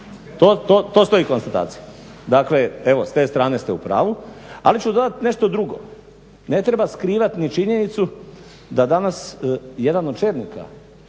to stoji konstatacija. Dakle evo s te strane ste u pravu. Ali ću dodati nešto drugo, ne treba skrivati ni činjenicu da danas jedan od čelnika